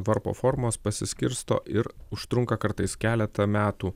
varpo formos pasiskirsto ir užtrunka kartais keletą metų